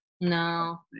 No